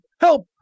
help